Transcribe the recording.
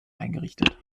eingerichtet